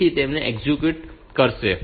તેથી તે તેમને એક્ઝીક્યુટ કરશે